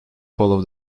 follow